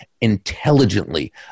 intelligently